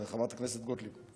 חברת כנסת גוטליב.